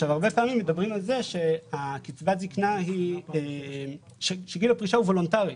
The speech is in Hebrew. הרבה פעמים מדברים על כך שגיל הפרישה הוא וולנטרי.